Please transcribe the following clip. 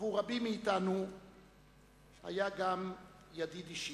עבור רבים מאתנו היה גם ידיד אישי.